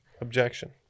Objection